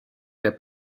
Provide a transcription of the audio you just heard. der